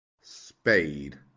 spade